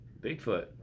Bigfoot